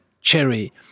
cherry